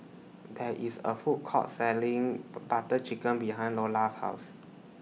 There IS A Food Court Selling Butter Chicken behind Lolla's House